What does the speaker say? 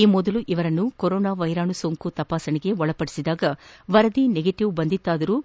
ಈ ಮೊದಲು ಇವರನ್ನು ಕೊರೊನಾ ವೈರಾಣು ಸೋಂಕು ತಪಾಸಣೆಗೆ ಒಳಪಡಿಸಿದಾಗ ವರದಿ ನೆಗೆಟವ್ ಬಂದಿತ್ತಾದರೂ